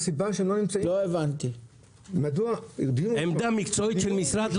ראש מטה לא יבטא עמדה מקצועית של משרד,